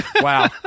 wow